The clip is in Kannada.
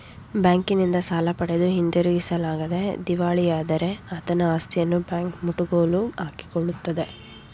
ಬ್ಯಾಂಕಿನಿಂದ ಸಾಲ ಪಡೆದು ಹಿಂದಿರುಗಿಸಲಾಗದೆ ದಿವಾಳಿಯಾದರೆ ಆತನ ಆಸ್ತಿಯನ್ನು ಬ್ಯಾಂಕ್ ಮುಟ್ಟುಗೋಲು ಹಾಕಿಕೊಳ್ಳುತ್ತದೆ